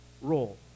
role